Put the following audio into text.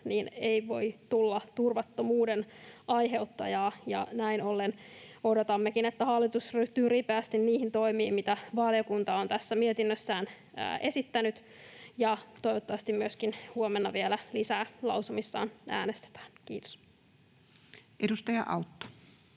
ei voi tulla turvattomuuden aiheuttajia. Näin ollen odotammekin, että hallitus ryhtyy ripeästi niihin toimiin, mitä valiokunta on tässä mietinnössään esittänyt, ja toivottavasti myöskin huomenna vielä lisää lausumissa äänestetään. [Speech 200]